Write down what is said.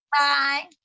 Bye